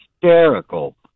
hysterical